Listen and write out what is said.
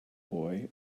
boy